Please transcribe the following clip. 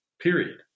period